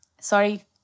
sorry